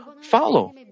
follow